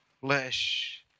flesh